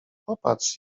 popatrz